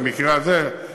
במקרה הזה,